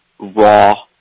raw